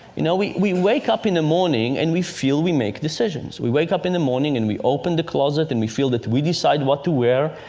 you know, we we wake up in the morning and we feel we make decisions. we wake up in the morning and we open the closet and we feel that we decide what to wear.